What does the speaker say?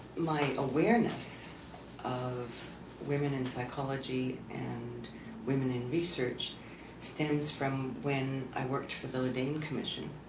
my awareness of women in psychology and women in research stems from when i worked with the le dain commission,